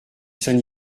saint